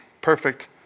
perfect